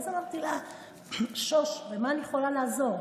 ואז אמרתי לה: שוש, במה אני יכולה לעזור?